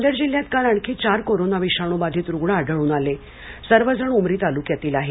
नांदेड जिल्ह्यात काल आणखी चार कोरोनाविषाणू बाधीत रूग्ण आढळूनआले सर्व जण ऊमरी तालुक्यातील आहेत